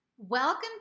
Welcome